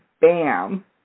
bam